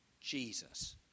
Jesus